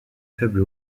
faible